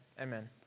Amen